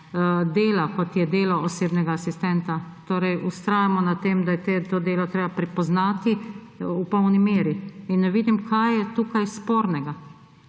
dela, kot je delo osebnega asistenta. Torej vztrajamo na tem, da je to delo treba prepoznati v polni meri. In ne vidim, kaj je tukaj spornega.